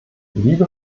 liebe